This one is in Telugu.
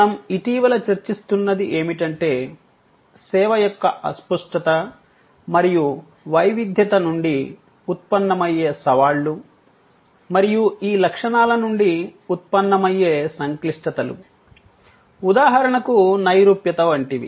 మనం ఇటీవల చర్చిస్తున్నది ఏమిటంటే సేవ యొక్క అస్పష్టత మరియు వైవిధ్యత నుండి ఉత్పన్నమయ్యే సవాళ్లు మరియు ఈ లక్షణాల నుండి ఉత్పన్నమయ్యే సంక్లిష్టతలు ఉదాహరణకు నైరూప్యత వంటివి